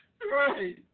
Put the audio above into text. Right